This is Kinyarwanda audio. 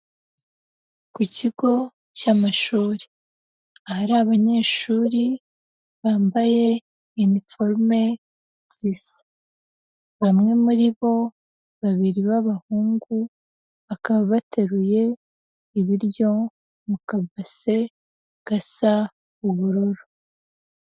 Ku kigo cy'amashuri, ahari abanyeshuri bambaye uniform zisa, bamwe muri bo babiri b'abahungu bakaba bateruye ibiryo mu kabase gasa ubururu.